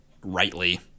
rightly